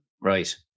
right